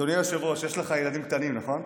אדוני היושב-ראש, יש לך ילדים קטנים, נכון?